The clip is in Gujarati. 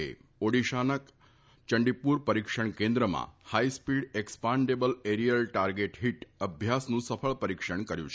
એ ઓડિશાના ચંડીપુર પરિક્ષણ કેન્દ્રમાં હાઇસ્પીડ એક્સાપન્ડેબલ એરીયલ ટાર્ગેટ હીટ અભ્યાસનું સફળ પરિક્ષણ કર્યું છે